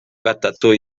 gatatu